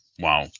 Wow